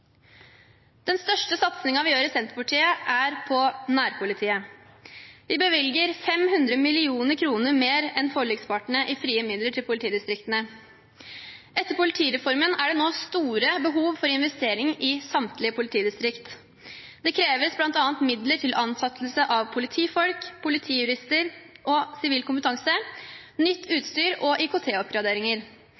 Den største satsingen vi i Senterpartiet gjør, er på nærpolitiet. Vi bevilger 500 mill. kr mer enn forlikspartnerne i frie midler til politidistriktene. Etter politireformen er det nå store behov for investeringer i samtlige politidistrikt. Det kreves bl.a. midler til ansettelse av politifolk, politijurister og sivil kompetanse, nytt